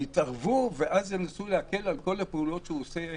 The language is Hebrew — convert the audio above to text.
יתערבו ואז ינסו להקל על כל הפעולות שהוא עושה בבנק,